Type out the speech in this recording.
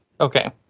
Okay